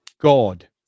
god